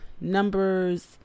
numbers